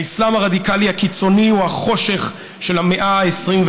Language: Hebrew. האסלאם הרדיקלי הקיצוני הוא החושך של המאה ה-21.